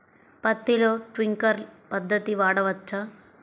పత్తిలో ట్వింక్లర్ పద్ధతి వాడవచ్చా?